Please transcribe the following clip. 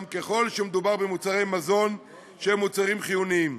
ככל שמדובר במוצרי מזון שהם מוצרים חיוניים,